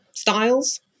Styles